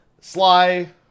Sly